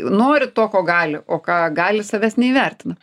nori to ko gali o ką gali savęs neįvertina